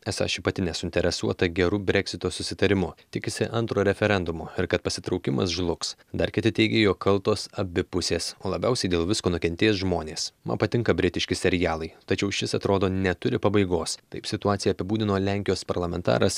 esą ši pati nesuinteresuota gerų breksito susitarimu tikisi antro referendumo ir kad pasitraukimas žlugs dar kiti teigė jog kaltos abi pusės o labiausiai dėl visko nukentės žmonės man patinka britiški serialai tačiau šis atrodo neturi pabaigos taip situaciją apibūdino lenkijos parlamentaras